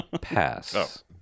Pass